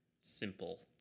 simple